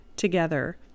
together